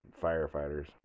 firefighters